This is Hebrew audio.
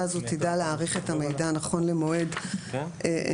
הזו תדע להעריך את המידע נכון למועד נתינתו.